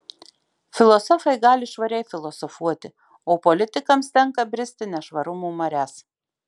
filosofai gali švariai filosofuoti o politikams tenka bristi nešvarumų marias